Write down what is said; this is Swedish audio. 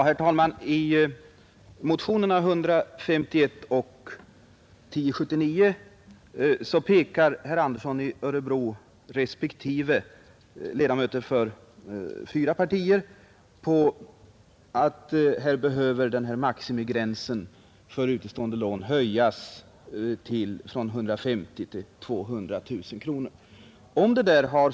Herr talman! I motionerna 151 och 1079 pekar herr Andersson i Örebro respektive ledamöter av fyra partier på att maximigränserna för utestående lån behöver höjas från 150 000 till 200 000 kronor.